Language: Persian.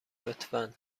لطفا